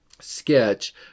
sketch